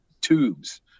tubes